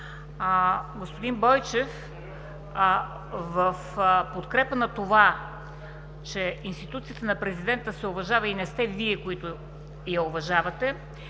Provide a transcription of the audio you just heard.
Господин Бойчев, в подкрепа на това, че институцията на Президента се уважава и не сте Вие, които я уважавате,